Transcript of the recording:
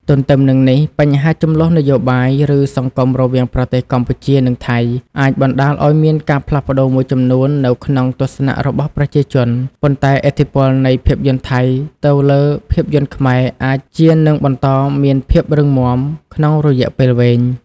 ទន្ទឹមនឹងនេះបញ្ហាជម្លោះនយោបាយ ឬសង្គមរវាងប្រទេសកម្ពុជា និងថៃអាចបណ្តាលឲ្យមានការផ្លាស់ប្តូរមួយចំនួននៅក្នុងទស្សនៈរបស់ប្រជាជន ប៉ុន្តែឥទ្ធិពលនៃភាពយន្តថៃទៅលើភាពយន្តខ្មែរអាចជានឹង បន្តមានភាពរឹងមាំ ក្នុងរយៈពេលវែង។